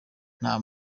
nta